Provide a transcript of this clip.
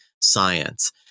science